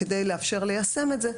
כדי לאפשר ליישם את זה,